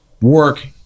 work